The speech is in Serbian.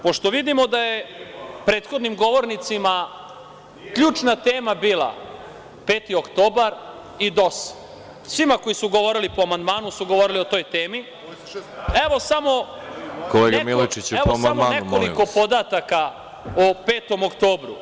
Pošto vidimo da je prethodnim govornicima ključna tema bila 5. oktobar i DOS, svi koji su govorili po amandmanu su govorili o toj temi, evo, samo nekoliko podataka o 5. oktobru.